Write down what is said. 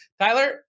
tyler